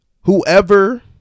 whoever